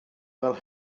fel